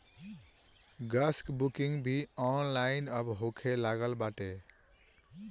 gas कअ booking भी online अब होखे लागल बाटे